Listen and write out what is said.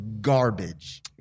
garbage